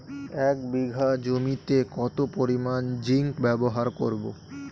এক বিঘা জমিতে কত পরিমান জিংক ব্যবহার করব?